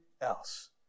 else